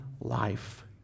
life